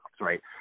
right